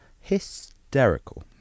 hysterical